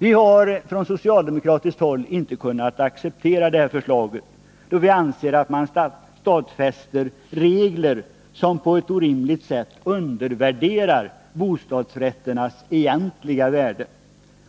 Vi har från socialdemokratiskt håll inte kunnat acceptera förslaget, då vi anser att man stadfäster regler som på ett orimligt sätt undervärderar bostadsrätterriäs egentliga värde.